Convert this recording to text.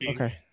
Okay